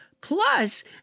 Plus